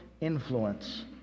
influence